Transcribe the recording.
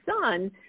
son